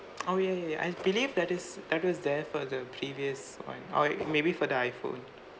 oh ya ya ya I believe that is that was there for the previous one or maybe for the iphone